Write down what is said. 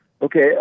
Okay